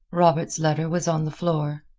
robert's letter was on the floor.